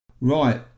Right